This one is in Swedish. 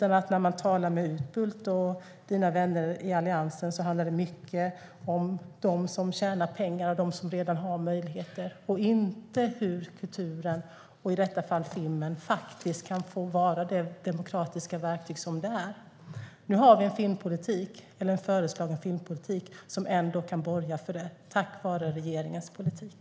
När man talar med Utbult och hans vänner i Alliansen handlar det mycket om dem som tjänar pengar och redan har möjligheter och inte om hur kulturen, och i detta fall filmen, faktiskt kan få vara det demokratiska verktyg som den är. Nu har vi en föreslagen filmpolitik som ändå kan borga för det tack vare regeringens politik.